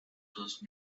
those